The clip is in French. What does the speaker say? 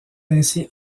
ainsi